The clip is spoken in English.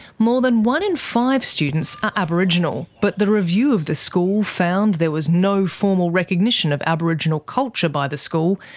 more than one in five students are aboriginal, but the review of the school found there was no formal recognition of aboriginal culture by the school,